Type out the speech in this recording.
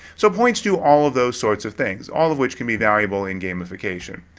so, points do all of those sorts of things, all of which can be valuable in gamification.